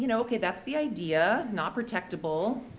you know okay, that's the idea, not protectable,